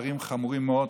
חוקים חמורים מאוד,